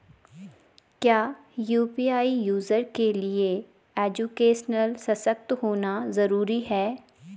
क्या UPI user के लिए एजुकेशनल सशक्त होना जरूरी है?